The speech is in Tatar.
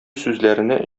сүзләренә